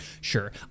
sure